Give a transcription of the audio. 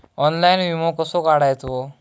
Online विमो कसो काढायचो?